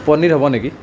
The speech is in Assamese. পনিৰ হ'ব নেকি